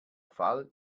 fall